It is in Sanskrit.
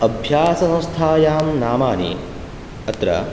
अभ्यास अवस्थायां नामानि अत्र